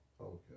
Okay